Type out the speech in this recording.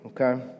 okay